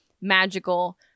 magical